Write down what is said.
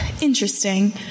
interesting